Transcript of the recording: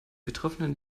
betroffenen